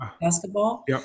basketball